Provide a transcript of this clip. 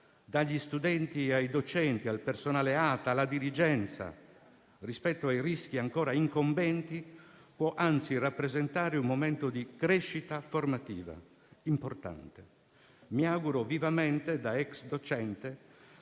dagli studenti ai docenti, al personale ATA, alla dirigenza, rispetto ai rischi ancora incombenti può, anzi, rappresentare un momento di crescita formativa importante. Mi auguro vivamente, da ex docente,